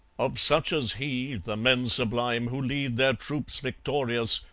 of such as he, the men sublime who lead their troops victorious,